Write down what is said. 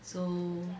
so